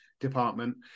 department